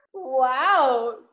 Wow